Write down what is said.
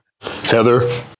Heather